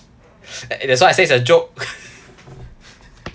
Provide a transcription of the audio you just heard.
that's why I say it's a joke